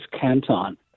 canton